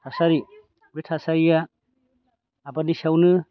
थासारि बे थासारिया आबादनि सायावनो